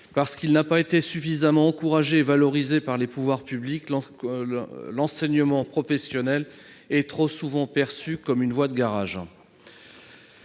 Parce qu'il n'a pas été suffisamment encouragé et valorisé par les pouvoirs publics, celui-ci est trop souvent perçu comme une voie de garage.